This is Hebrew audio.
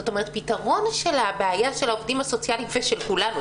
זאת אומרת הפתרון של הבעיה של העובדים הסוציאליים ושל כולנו,